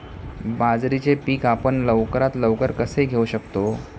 बाजरीचे पीक आपण लवकरात लवकर कसे घेऊ शकतो?